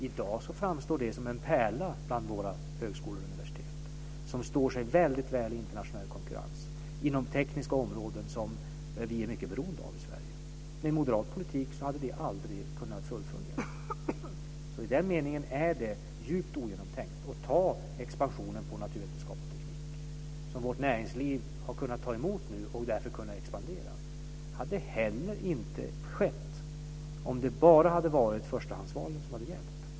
I dag framstår den som en pärla bland våra högskolor och universitet, som står sig mycket väl i internationell konkurrens inom tekniska områden som vi är mycket beroende av i Sverige. Med moderat politik hade det aldrig kunnat fullföljas. I den meningen är den ogenomtänkt och tar den expansion som skett inom naturvetenskap och teknik, som vårt näringsliv har kunnat ta emot och därför kunnat expandera. Det hade inte skett om det bara var förstahandsvalet som gällde.